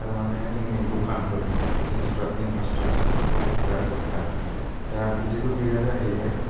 थारमानि जोंनि दखानफोर इनफ्रास्ट्राकचारफोराव बिराद दोरखार दा बिदिबो गैया जाहैबाय